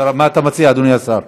מה את מציע, אדוני השר?